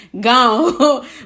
gone